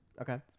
Okay